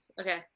okay